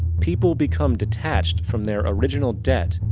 people become detached from their original debt.